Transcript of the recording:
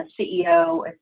CEO